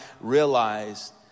realized